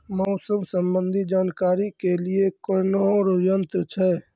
मौसम संबंधी जानकारी ले के लिए कोनोर यन्त्र छ?